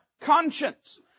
conscience